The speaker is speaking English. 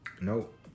Nope